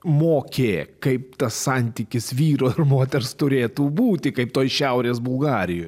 mokė kaip tas santykis vyro ir moters turėtų būti kaip toj šiaurės bulgarijoj